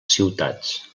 ciutats